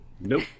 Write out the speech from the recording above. Nope